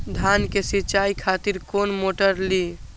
धान के सीचाई खातिर कोन मोटर ली?